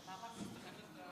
כמה רגשי נחיתות.